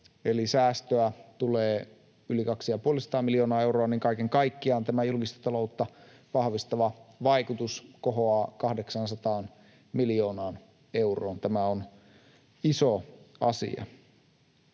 eli säästöä tulee yli 250 miljoonaa euroa, niin kaiken kaikkiaan tämä julkista taloutta vahvistava vaikutus kohoaa 800 miljoonaan euroon. Tämä on iso asia.